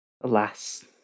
Alas